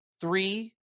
three